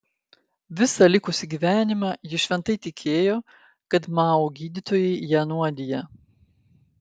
visą likusį gyvenimą ji šventai tikėjo kad mao gydytojai ją nuodija